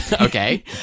Okay